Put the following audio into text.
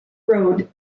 road